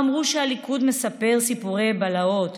אמרו שהליכוד מספר "סיפורי בלהות",